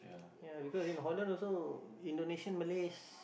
ya because in Holland also Indonesian Malays